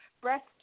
breast